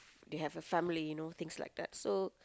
they have a family you know things like that